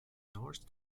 north